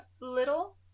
little